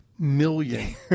million